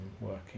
working